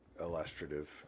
illustrative